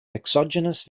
exogenous